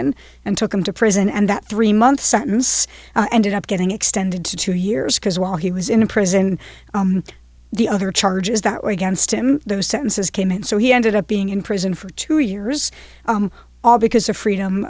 and and took him to prison and that three month sentence ended up getting extended to two years because while he was in a prison the other charges that were against him those sentences came and so he ended up being in prison for two years all because of freedom